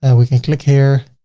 and we can click here,